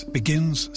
begins